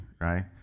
right